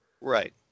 Right